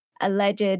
alleged